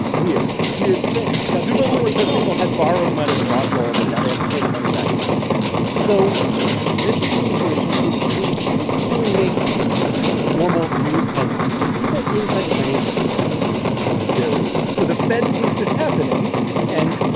weird. weird thing presumably because people had borrowed money and bought gold, and now they had to pay the money back and sell the gold so this was the situation. it it didn't really make normal news headlines, but people inside the financial system were very worried so the fed sees this happening and,